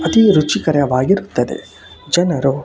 ಅತೀ ರುಚಿಕರವಾಗಿರುತ್ತದೆ ಜನರು